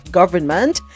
government